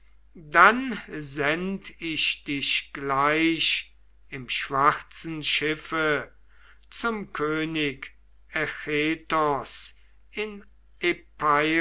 dann send ich dich gleich im schwarzen schiffe zum könig echetos in